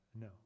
No